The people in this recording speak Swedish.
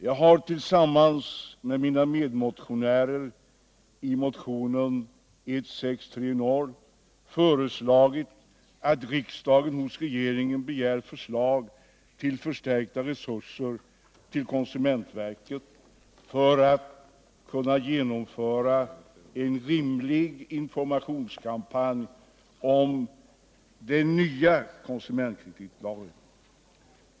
Jag har tillsammans med mina medmotionärer i motionen 1977/78:1630 föreslagit att riksdagen hos regeringen begär förslag till förstärkta resurser till konsumentverket för att kunna genomföra en rimlig informationskampanj om den nya konsumentkreditlagen.